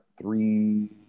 three